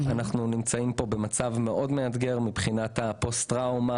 אנחנו נמצאים במצב מאוד מאתגר מבחינת פוסט-טראומה,